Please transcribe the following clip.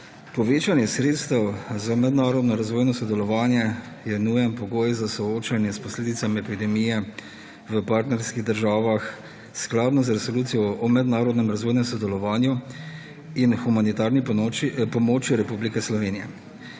Povečanje sredstev za mednarodno razvojno sodelovanje je nujen pogoj za soočanje s posledicami epidemije v partnerskih državah, skladno z Resolucijo o mednarodnem razvojnem sodelovanju in humanitarni pomoči Republike Slovenije.